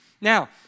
Now